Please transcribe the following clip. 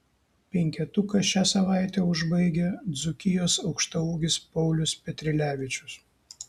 penketuką šią savaitę užbaigia dzūkijos aukštaūgis paulius petrilevičius